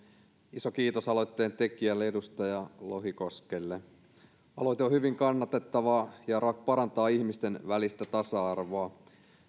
iso kiitos aloitteen tekijälle edustaja lohikoskelle aloite on hyvin kannatettava ja parantaa ihmisten välistä tasa arvoa